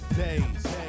days